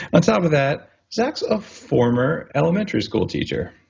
and top of that zach's a former elementary school teacher.